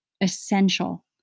essential